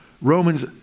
Romans